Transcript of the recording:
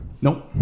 Nope